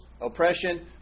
oppression